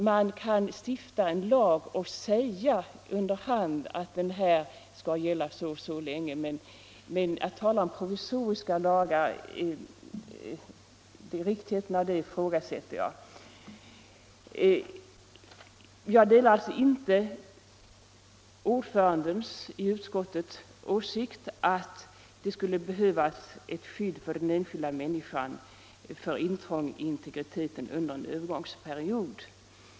Man kan stifta en lag och under hand säga att den skall gälla så och så länge, men riktigheten av att tala om provisoriska lagar ifrågasätter jag. Jag delar alltså inte ordförandens i utskottet åsikt att det skulle behövas ett skydd för den enskilda människan mot intrång i integriteten under en övergångsperiod.